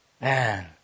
Man